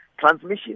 transmission